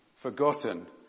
forgotten